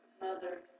mother